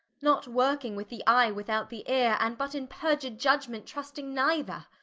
not working with the eye, without the eare, and but in purged iudgement trusting neither,